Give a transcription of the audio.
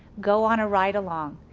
go on a ride along.